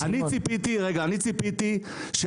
אני ציפיתי,